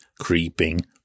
creeping